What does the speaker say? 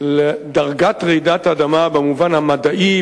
לדרגת רעידת האדמה במובן המדעי,